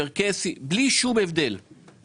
אם הוא בעל תשובה, אם הוא